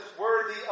worthy